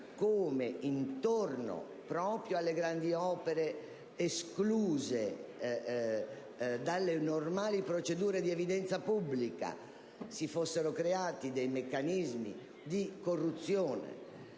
come proprio intorno alle grandi opere escluse dalle normali procedure di evidenza pubblica si fossero creati dei meccanismi di corruzione,